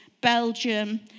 Belgium